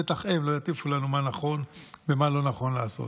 בטח לא הם יטיפו לנו מה נכון ומה לא נכון לעשות.